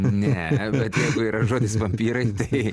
ne bet jeigu yra žodis vampyrai tai